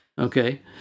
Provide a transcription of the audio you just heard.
Okay